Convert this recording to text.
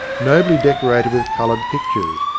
nobly decorated with coloured pictures,